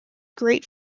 great